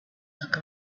look